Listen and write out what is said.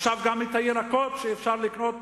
ועכשיו גם את הירקות שאפשר לקנות,